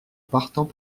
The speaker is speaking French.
partant